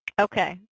Okay